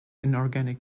inorganic